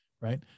Right